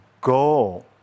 go